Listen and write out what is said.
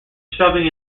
shoving